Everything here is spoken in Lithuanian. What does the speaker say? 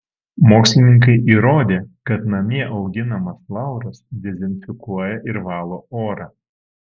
mokslininkai įrodė kad namie auginamas lauras dezinfekuoja ir valo orą